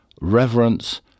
reverence